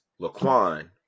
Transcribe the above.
laquan